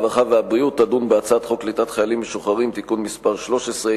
הרווחה והבריאות תדון בהצעת חוק קליטת חיילים משוחררים (תיקון מס' 13),